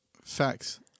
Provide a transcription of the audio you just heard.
Facts